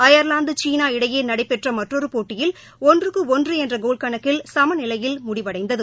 Ireland சீனா இடையே நடைபெற்ற மற்றொரு போட்டியில் ஒன்று ஒன்று என்ற கோல் கணக்கில் சம நிலையில் முடிவடைந்தது